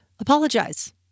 apologize